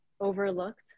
overlooked